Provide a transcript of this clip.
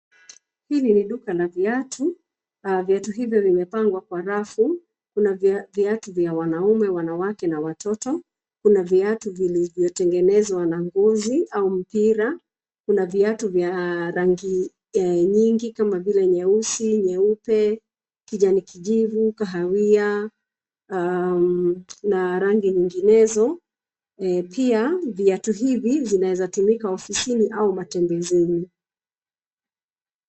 Hili ni duka la viatu. Viatu hivyo vimepangwa kwa rafu. Kuna viatu vya wanaume, wanawake na watoto. Kuna viatu vilivyotengenezwa na ngozi au mpira, kuna viatu vya rangi nyingi kama vile nyeusi, nyeupe, kijani kijivu, kahawia na rangi nyinginezo. Pia viatu hivi zinaeza tumika ofisini au matembezini.